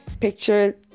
picture